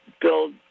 build